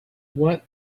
what